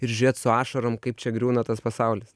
ir žiūrėt su ašarom kaip čia griūna tas pasaulis